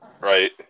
Right